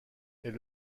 est